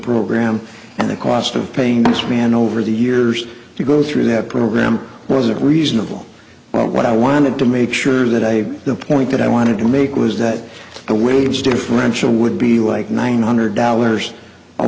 program and the cost of paying this man over the years to go through that program wasn't reasonable but what i wanted to make sure that i the point that i wanted to make was that the waves differential would be like nine hundred dollars a